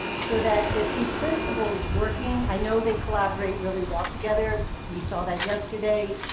so that if the principal's working, i know they collaborate really well together. we saw that yesterday.